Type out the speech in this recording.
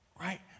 Right